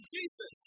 Jesus